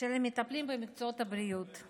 שמטפלים במקצועות הבריאות.